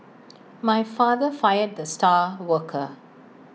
my father fired the star worker